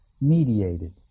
mediated